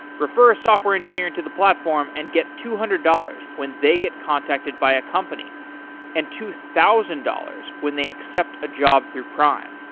refer a software engineer into the platform and get two hundred dollars when they get contacted by a company and two thousand dollars when they accept a job through prime.